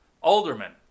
aldermen